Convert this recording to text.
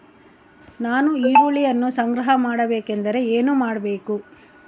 ನಾನು ಈರುಳ್ಳಿಯನ್ನು ಸಂಗ್ರಹ ಮಾಡಬೇಕೆಂದರೆ ಏನು ಮಾಡಬೇಕು?